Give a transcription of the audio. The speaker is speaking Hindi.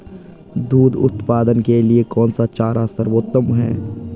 दूध उत्पादन के लिए कौन सा चारा सर्वोत्तम है?